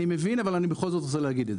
אני מבין, אבל אני בכל זאת רוצה להגיד את זה.